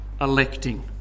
electing